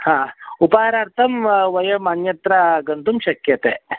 ह उपाहारार्थं वयम् अन्यत्र गन्तुं शक्यते